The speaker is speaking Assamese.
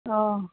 অঁ